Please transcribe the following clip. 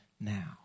now